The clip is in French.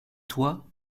toi